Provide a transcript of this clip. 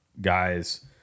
guys